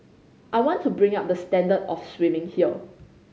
I want to bring up the standard of swimming here